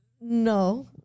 No